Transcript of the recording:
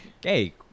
Hey